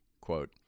Quote